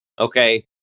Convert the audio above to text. Okay